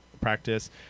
practice